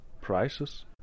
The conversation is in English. prices